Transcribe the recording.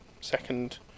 second